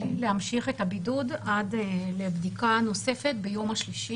--- להמשיך את הבידוד עד לבדיקה נוספת ביום השלישי.